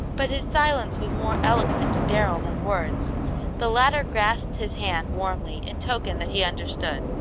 but his silence was more eloquent to darrell than words the latter grasped his hand warmly in token that he understood.